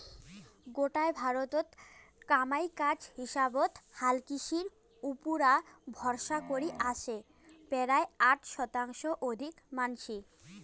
গোটায় ভারতত কামাই কাজ হিসাবত হালকৃষির উপুরা ভরসা করি আছে পরায় ষাট শতাংশর অধিক মানষি